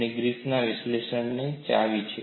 આ ગ્રિફિથના વિશ્લેષણની ચાવી છે